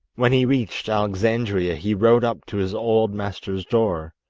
when he reached alexandria he rode up to his old master's door.